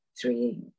three